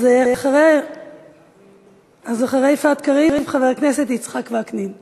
אז אחרי יפעת קריב, חבר הכנסת יצחק וקנין מש"ס.